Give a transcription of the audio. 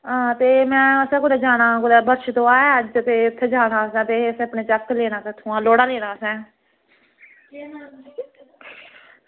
आं ते असें कुदै जाना ते अज्ज बच्छ दुआ ऐ ते उत्थें जाना ते असें अपना जागत लैना उत्थुआं लोढ़ा लैना असें